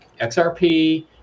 XRP